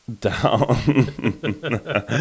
Down